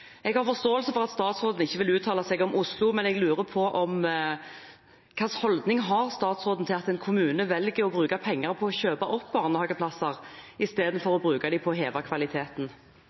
Jeg har forståelse for at statsråden ikke vil uttale seg om Oslo, men jeg lurer på: Hvilken holdning har statsråden til at en kommune velger å bruke penger på å kjøpe opp barnehageplasser, istedenfor å bruke dem på å heve kvaliteten?